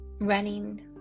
running